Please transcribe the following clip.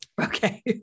Okay